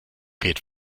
geht